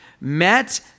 met